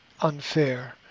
unfair